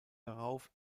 darauf